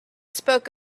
spoke